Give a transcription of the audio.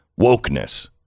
wokeness